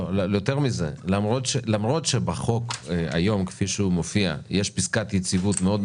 למרות שבחוק היום יש פיסקת יציבות מאוד,